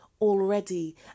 already